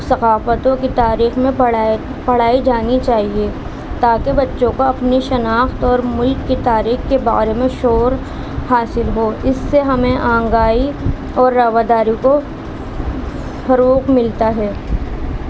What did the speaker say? ثقافتوں کی تاریخ میں پڑھائے پڑھائی جانی چاہیے تا کہ بچوں کو اپنی شناخت اور ملک کی تاریخ کے بارے میں شور حاصل ہو اس سے ہمیں آنگائی اور رواداری کو فروغ ملتا ہے